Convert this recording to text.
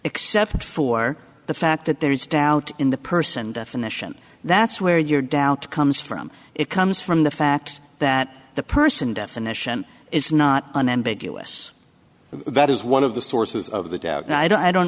except for the fact that there is doubt in the person definition that's where your doubt comes from it comes from the fact that the person definition is not unambiguous that is one of the sources of the doubt and i don't i don't